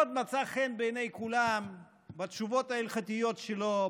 הוא מאוד מצא חן בעיני כולם בתשובות ההלכתיות שלו,